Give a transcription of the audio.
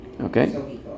Okay